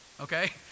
okay